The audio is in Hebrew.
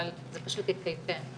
אבל זה פשוט יפהפה.